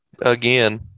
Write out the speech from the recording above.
again